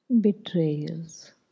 Betrayals